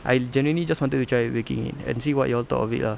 I generally just wanted to try baking it and see what you all thought of it lah